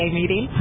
meeting